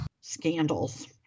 scandals